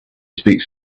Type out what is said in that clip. speaks